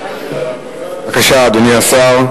בבקשה, אדוני השר.